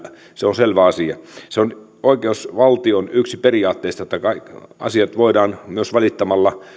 se on selvä asia ja se on yksi oikeusvaltion periaatteista että asiat voidaan myös valittamalla